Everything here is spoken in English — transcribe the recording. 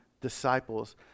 disciples